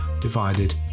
divided